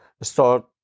start